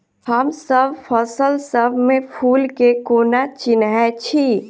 हमसब फसल सब मे फूल केँ कोना चिन्है छी?